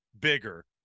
bigger